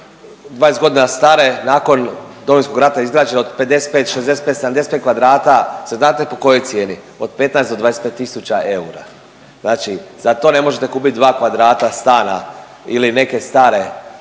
20 godina stare nakon Domovinskog rata izgrađene od 55, 65, 75 kvadrata znate po kojoj cijeni? Od 15 do 25.000 eura, znači za to ne možete kupiti dva kvadrata stana ili neke star